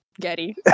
Getty